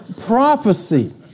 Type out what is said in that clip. prophecy